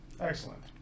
excellent